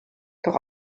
doch